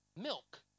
milk